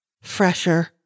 fresher